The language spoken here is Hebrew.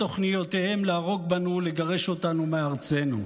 תוכניותיהם להרוג בנו ולגרש אותנו מארצנו.